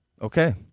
Okay